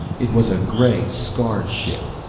it was a gray, scarred ship.